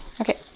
Okay